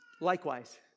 Likewise